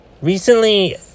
recently